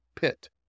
pit